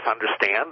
understand